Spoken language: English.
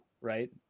right